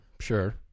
sure